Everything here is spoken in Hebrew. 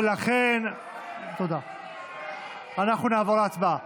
ולכן נעבור להצבעה.